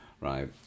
right